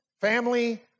family